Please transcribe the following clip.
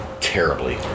terribly